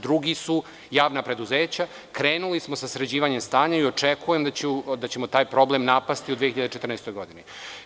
Drugi su javna preduzeća, krenuli smo sa sređivanjem stanja i očekujem da ćemo taj problem napasti u 2014. godini.